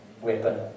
weapon